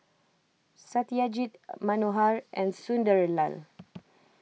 Satyajit Manohar and Sunderlal